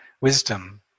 wisdom